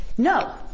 No